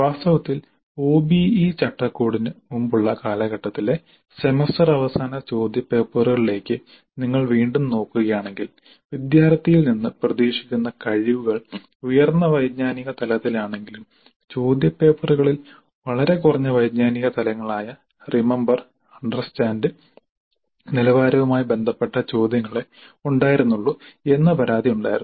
വാസ്തവത്തിൽ ഒബിഇ ചട്ടക്കൂടിന് മുമ്പുള്ള കാലഘട്ടത്തിലെ സെമസ്റ്റർ അവസാന ചോദ്യപേപ്പറുകളിലേക്ക് നിങ്ങൾ വീണ്ടും നോക്കുകയാണെങ്കിൽ വിദ്യാർത്ഥിയിൽ നിന്ന് പ്രതീക്ഷിക്കുന്ന കഴിവുകൾ ഉയർന്ന വൈജ്ഞാനിക തലത്തിലാണെങ്കിലും ചോദ്യപേപ്പറുകളിൽ വളരെ കുറഞ്ഞ വൈജ്ഞാനിക തലങ്ങളായ റിമമ്പർ അണ്ടർസ്റ്റാൻഡ് നിലവാരവുമായി ബന്ധപ്പെട്ട ചോദ്യങ്ങളെ ഉണ്ടായിരുന്നുള്ളു എന്ന പരാതി ഉണ്ടായിരുന്നു